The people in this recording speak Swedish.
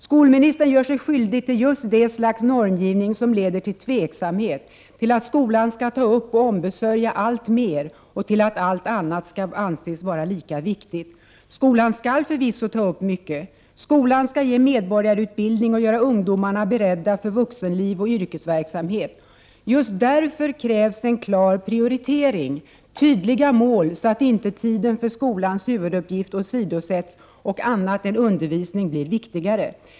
Skolministern gör sig skyldig till just det slags normgivning som leder till tveksamhet, till att skolan skall ta upp och ombesörja alltmer och till att allt annat skall anses vara lika viktigt. Skolan skall förvisso ta upp mycket. Skolan skall ge medborgarutbildning och göra ungdomarna beredda för vuxenliv och yrkesverksamhet. Just därför krävs en klar prioritering, tydliga mål, så att inte tiden för skolans huvuduppgift åsidosätts och annat än undervisning blir viktigare.